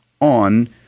on